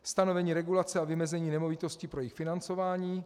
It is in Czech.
Stanovení regulace a vymezení nemovitostí pro jejich financování.